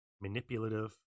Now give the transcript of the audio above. manipulative